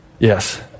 Yes